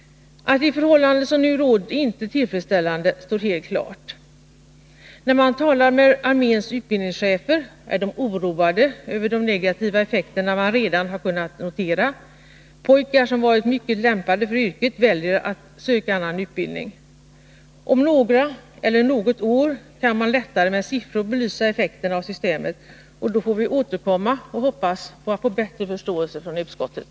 Att de förhållanden som nu råder inte är tillfredsställande står helt klart. När man talar med arméns utbildningschefer finner man att de är oroade över de negativa effekter som redan har kunnat noteras. Pojkar som varit mycket lämpade för yrket väljer att söka annan utbildning. Om något eller några år kan man lättare med siffror belysa effekterna av systemet. Då får vi återkomma, i förhoppning om att få bättre förståelse från utskottet.